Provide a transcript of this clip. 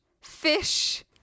Fish